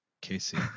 Casey